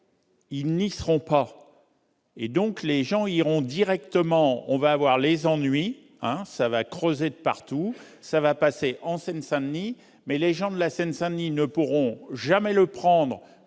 il n'y seront pas et donc les gens iront directement, on va avoir les ennuis, ça va creuser partout, ça va passer en Seine-Saint-Denis, mais les gens de la Seine-Saint-Denis ne pourront jamais le prendre